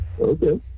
Okay